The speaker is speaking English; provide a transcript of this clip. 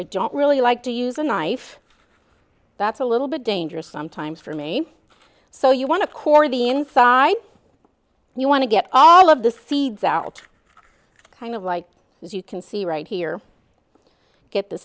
i don't really like to use a knife that's a little bit dangerous sometimes for me so you want to corner the inside and you want to get all of the seeds out kind of like as you can see right here get the